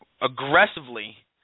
aggressively